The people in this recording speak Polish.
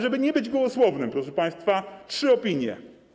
Żeby nie być gołosłownym, proszę państwa, trzy opinie.